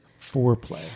foreplay